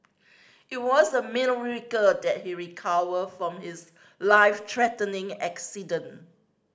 it was a miracle that he recovered from his life threatening accident